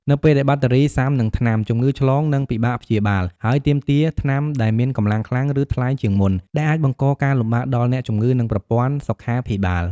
នៅពេលដែលបាក់តេរីស៊ាំនឹងថ្នាំ ជំងឺឆ្លងនឹងពិបាកព្យាបាល ហើយទាមទារថ្នាំដែលមានកម្លាំងខ្លាំង ឬថ្លៃជាងមុន ដែលអាចបង្កការលំបាកដល់អ្នកជំងឺ និងប្រព័ន្ធសុខាភិបាល។